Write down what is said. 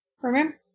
remember